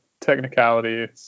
technicality